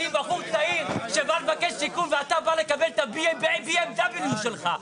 אני בחור צעיר שבא לבקש שיקום ואתה בא לקבל את ה-BMW שלך.